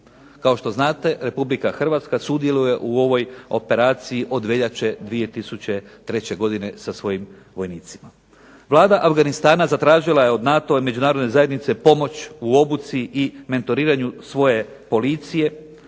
Kao što znate RH sudjeluje u ovoj operaciji od veljače 2003. godine sa svojim vojnicima. Vlada Afganistana zatražila je od NATO-a i Međunarodne zajednice pomoć u obuci i mentoriranju svoje policije